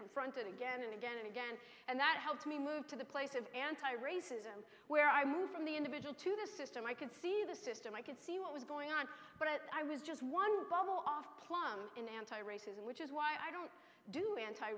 confronted again and again and again and that helped me move to the place of anti racism where i moved from the individual to the system i could see the system i could see what was going on but i was just one bubble off plumb in anti racism which is why i don't do anti